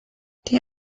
die